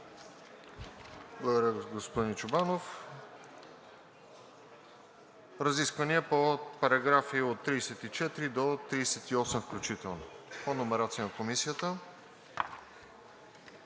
Благодаря, господин Чобанов. Разисквания по параграфи от 34 до 38 включително по номерация на Комисията.